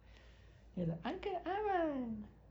ya like uncle aman